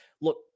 look